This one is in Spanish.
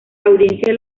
audiencias